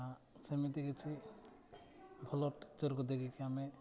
ହଁ ସେମିତି କିଛି ଭଲ ଟିଚର୍କୁ ଦେଖିକି ଆମେ